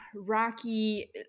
Rocky